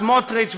סמוטריץ,